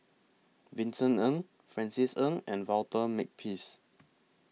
Vincent Ng Francis Ng and Walter Makepeace